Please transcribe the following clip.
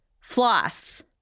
Floss